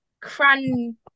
cran